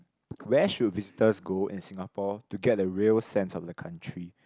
where should visitors go in Singapore to get a real sense of the country